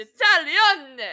Italian